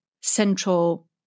central